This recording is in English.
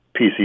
PC